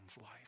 life